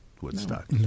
woodstock